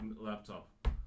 laptop